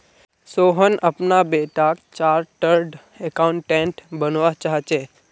सोहन अपना बेटाक chartered accountant बनवा चाह्चेय